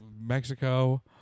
Mexico